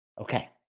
Okay